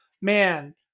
man